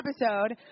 episode